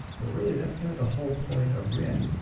but really, that's kind of the whole point of react,